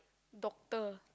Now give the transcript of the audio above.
doctor